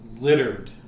littered